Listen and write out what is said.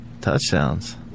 touchdowns